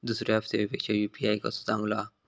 दुसरो ऍप सेवेपेक्षा यू.पी.आय कसो चांगलो हा?